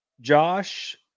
josh